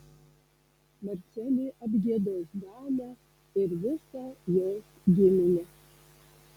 marcelė apgiedos damę ir visą jos giminę